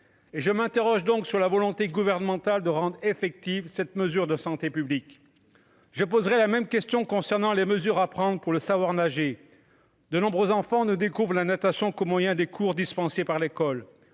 je m'interroge donc sur la volonté gouvernementale de rendre effective cette mesure de santé publique, je poserai la même question concernant les mesures à prendre pour le savoir nager, de nombreux enfants ne découvrent la natation comme moyen des cours dispensés par l'école,